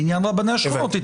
בעניין רבני השכונות?